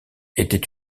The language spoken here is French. était